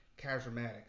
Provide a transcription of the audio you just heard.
charismatic